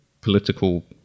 political